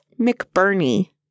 McBurney